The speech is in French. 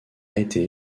été